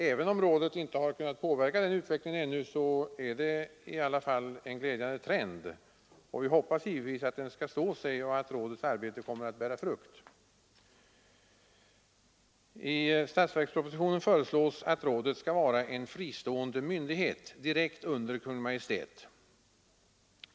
Även om rådet inte har kunnat påverka den utvecklingen ännu, så är det i alla fall en glädjande trend. och vi hoppas givetvis att den skall stå sig och att rådets arbete kommer att bära frukt. I statsverkspropositionen föreslås, att rådet skall vara en fristående myndighet direkt under Kungl. Maj:t.